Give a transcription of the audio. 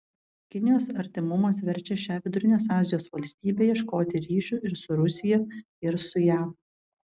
kinijos artimumas verčia šią vidurinės azijos valstybę ieškoti ryšių ir su rusija ir su jav